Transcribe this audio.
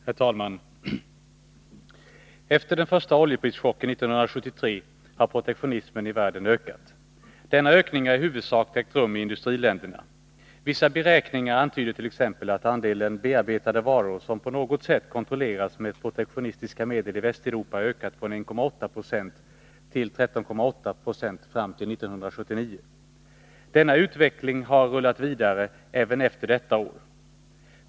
Herr talman! Efter den första oljeprischocken 1973 har protektionismen i världen ökat. Denna ökning har i huvudsak ägt rum i industriländerna. Vissa beräkningar antyder t.ex. att andelen bearbetade varor som på något sätt kontrolleras med protektionistiska medel i Västeuropa har ökat från 1,8 20 till 13,8 26 fram till 1979. Denna utveckling har rullat vidare även efter detta år.